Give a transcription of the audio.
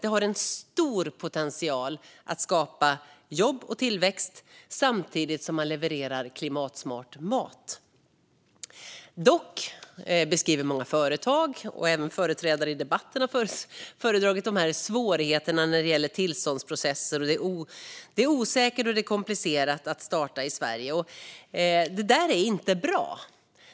Det har en stor potential att skapa jobb och tillväxt samtidigt som man levererar klimatsmart mat. Dock beskriver många företag och även företrädare i debatterna svårigheterna i tillståndsprocesser. Det är osäkert och komplicerat att starta i Sverige, och det är inte bra.